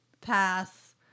Pass